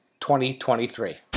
2023